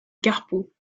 carpeaux